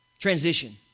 Transition